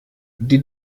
die